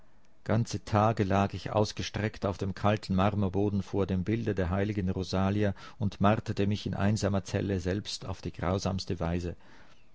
ganze tage lag ich ausgestreckt auf dem kalten marmorboden vor dem bilde der heiligen rosalia und marterte mich in einsamer zelle selbst auf die grausamste weise